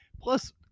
Plus